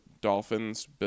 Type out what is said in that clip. dolphins